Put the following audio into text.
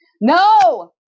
No